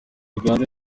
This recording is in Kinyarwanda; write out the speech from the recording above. uganda